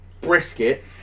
brisket